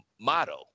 motto